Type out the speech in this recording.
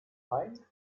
rein